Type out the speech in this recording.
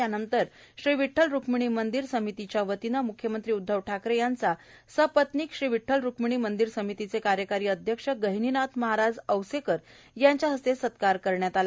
त्यानंतर श्री विठठल रुक्मिणी मंदिर समितीच्यावतीने मुख्यमंत्री उदधव ठाकरे यांचा सपत्नीक श्री विठ्ठल रुक्मिणी मंदिरे समितीचे कार्यकारी अध्यक्ष गहिनीनाथ महाराज औसेकर यांच्या हस्ते सत्कार करण्यात आला